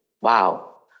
Wow